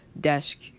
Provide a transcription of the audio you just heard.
desk